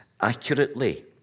accurately